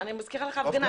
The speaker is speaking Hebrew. אני מזכירה לך, זאת הפגנה.